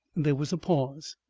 there was a pause.